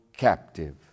Captive